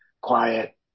quiet